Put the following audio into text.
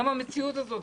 גם המציאות הזאת.